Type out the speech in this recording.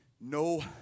No